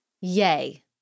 yay